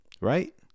right